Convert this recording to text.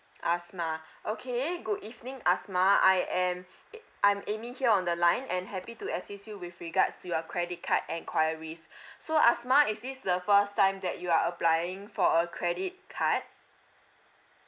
asmah okay good evening asmah I am a~ I'm amy here on the line and happy to assist you with regards to your credit card enquiries so asmah is this the first time that you are applying for a credit card